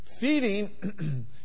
feeding